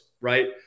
right